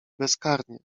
bezkarnie